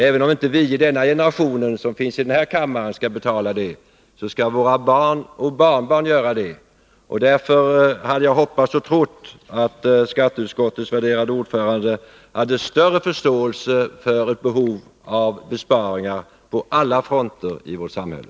Även om inte vi i denna generation, vi som finns här i kammaren, skall betala detta, skall våra barn och barnbarn göra det. Därför hade jag hoppats och trott att skatteutskottets värderade ordförande hade större förståelse för ett behov av besparingar på alla fronter i vårt samhälle.